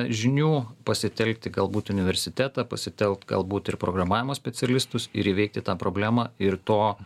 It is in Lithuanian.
žinių pasitelkti galbūt universitetą pasitelkt galbūt ir programavimo specialistus ir įveikti tą problemą ir to